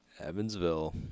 Evansville